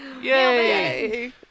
Yay